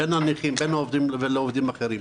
בין העובדים לעובדים אחרים.